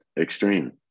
extreme